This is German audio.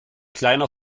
kleiner